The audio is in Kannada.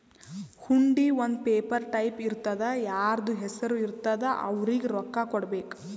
ಹುಂಡಿ ಒಂದ್ ಪೇಪರ್ ಟೈಪ್ ಇರ್ತುದಾ ಯಾರ್ದು ಹೆಸರು ಇರ್ತುದ್ ಅವ್ರಿಗ ರೊಕ್ಕಾ ಕೊಡ್ಬೇಕ್